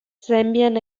zambian